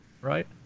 right